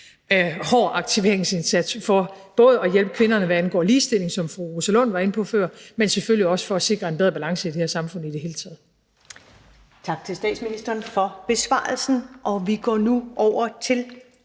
hård aktiveringsindsats både for at hjælpe kvinderne, hvad angår ligestilling, som fru Rosa Lund var inde på før, men selvfølgelig også for at sikre en bedre balance i det her samfund i det hele taget. Kl. 10:27 Første næstformand (Karen Ellemann): Tak til